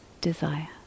desire